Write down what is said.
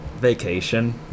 Vacation